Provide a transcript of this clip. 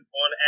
on